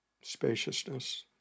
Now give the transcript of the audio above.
spaciousness